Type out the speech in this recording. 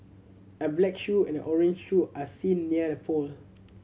a black shoe and orange shoe are seen near the pole